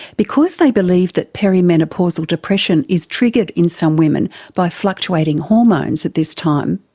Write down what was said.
because they believe that peri-menopausal depression is triggered in some women by fluctuating hormones at this time,